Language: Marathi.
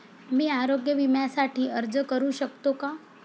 मी आरोग्य विम्यासाठी अर्ज करू शकतो का?